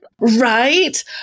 right